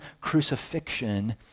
crucifixion